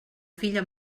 filla